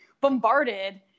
bombarded